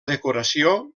decoració